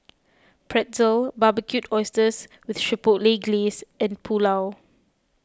Pretzel Barbecued Oysters with Chipotle Glaze and Pulao